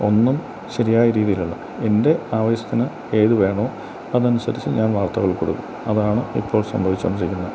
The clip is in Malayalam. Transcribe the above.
ഒന്നും ശരിയായ രീതിയിലല്ല എൻ്റെ ആവശ്യത്തിന് ഏതു വേണോ അതനുസരിച്ച് ഞാൻ വാർത്തകൾ കൊടുക്കും അതാണ് ഇപ്പോൾ സംഭവിച്ചു കൊണ്ടിരിക്കുന്നത്